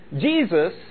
Jesus